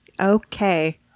Okay